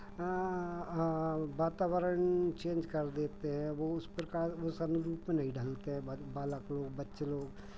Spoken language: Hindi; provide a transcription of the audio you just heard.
वातावरण चेंज कर देते हैं वो उस प्रकार वो उस रूप में नहीं ढलते हैं बालक लोग बच्चे लोग